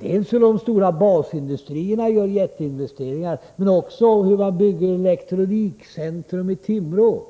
hur de stora basindustrierna gör jätteinvesteringar men också om att man bygger ett elektronikcentrum i Timrå,